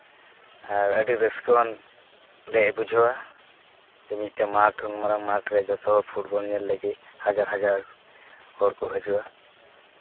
ᱟᱨ ᱟᱹᱰᱤ ᱨᱟᱹᱥᱠᱟᱹᱣᱟᱱ ᱞᱮ ᱵᱩᱡᱷᱟᱹᱣᱟ ᱡᱮ ᱢᱤᱫᱴᱮᱡ ᱢᱟᱴᱷ ᱩᱱ ᱢᱟᱨᱟᱝ ᱢᱟᱴᱷ ᱨᱮ ᱡᱚᱛᱚ ᱦᱚᱲ ᱯᱷᱩᱴᱵᱚᱞ ᱧᱮᱞ ᱞᱟᱹᱜᱤᱫ ᱦᱟᱡᱟᱨ ᱦᱟᱡᱟᱨ ᱦᱚᱲ ᱠᱚ ᱦᱟᱡᱩᱜᱼᱟ